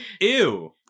ew